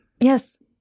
Yes